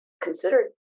considered